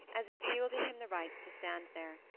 as if yielding him the right to stand there.